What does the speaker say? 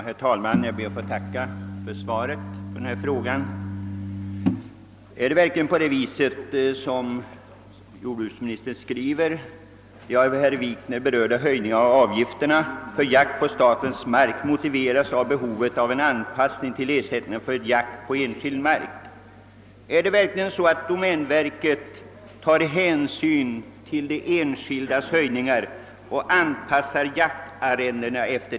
Herr talman! Jag ber att få tacka statsrådet för svaret på min fråga. Statsrådet sade där följande: »De av herr Wikner berörda höjningarna av avgifterna för jakt på statens mark motiveras av behovet av en anpassning till ersättningarna för jakt på enskild mark.» Är det verkligen så att domänverket anpassar sina jaktarrenden efter de höjningar som företagits av de enskilda?